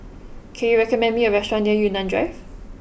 can you recommend me a restaurant near Yunnan Drive